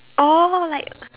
[oh]like